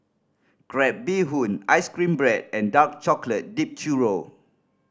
crab bee hoon ice cream bread and dark chocolate dipped churro